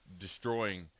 destroying